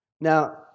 Now